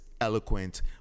eloquent